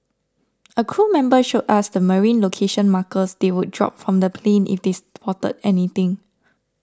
a crew member showed us the marine location markers they would drop from the plane if they spotted anything